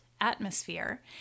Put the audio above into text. atmosphere